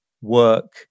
work